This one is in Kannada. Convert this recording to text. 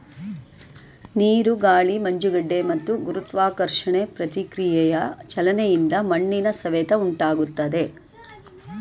ನೀರು ಗಾಳಿ ಮಂಜುಗಡ್ಡೆ ಮತ್ತು ಗುರುತ್ವಾಕರ್ಷಣೆ ಪ್ರತಿಕ್ರಿಯೆಯ ಚಲನೆಯಿಂದ ಮಣ್ಣಿನ ಸವೆತ ಉಂಟಾಗ್ತದೆ